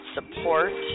Support